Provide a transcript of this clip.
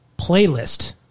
playlist